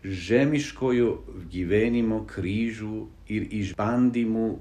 žemiškojo gyvenimo kryžių ir išbandymų